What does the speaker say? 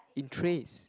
in trays